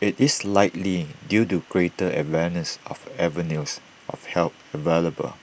IT is likely due to greater awareness of avenues of help available